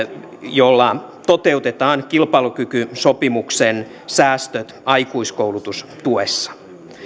jolla toteutetaan kilpailukykysopimuksen säästöt aikuiskoulutustuessa